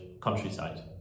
countryside